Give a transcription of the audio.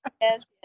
Yes